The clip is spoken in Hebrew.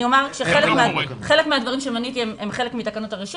חלק מהדברים שמניתי הם חלק מתקנות הרשות